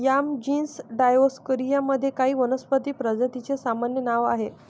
yam genus Dioscorea मध्ये काही वनस्पती प्रजातींचे सामान्य नाव आहे